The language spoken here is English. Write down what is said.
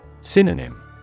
Synonym